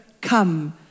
come